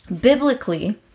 Biblically